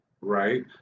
right